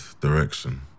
direction